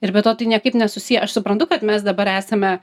ir be to tai niekaip nesusiję aš suprantu kad mes dabar esame